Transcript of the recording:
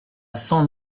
cent